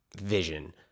vision